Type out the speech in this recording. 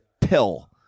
pill